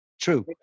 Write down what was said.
True